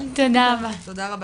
תודה רבה.